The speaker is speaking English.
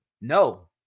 No